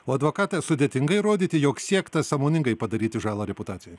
o advokate ar sudėtinga įrodyti jog siekta sąmoningai padaryti žalą reputacijai